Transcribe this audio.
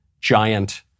giant